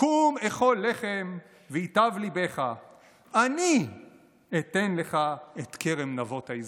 קום אֱכָל לחם ויטב לבך אני אתן לך את כרם נבות היזרעאלי".